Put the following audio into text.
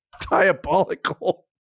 Diabolical